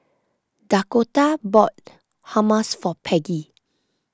Dakotah bought Hummus for Peggy